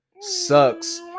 Sucks